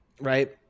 right